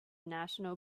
national